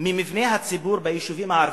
ממבני הציבור ביישובים הערביים,